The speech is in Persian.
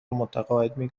متقاعد